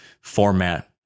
format